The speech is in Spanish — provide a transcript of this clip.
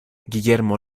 guillermo